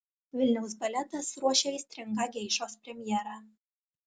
vilniaus baletas ruošia aistringą geišos premjerą